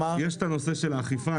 יש הנושא של האכיפה.